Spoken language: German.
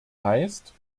heißt